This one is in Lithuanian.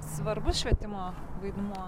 svarbus švietimo vaidmuo